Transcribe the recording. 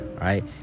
right